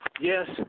Yes